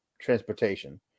transportation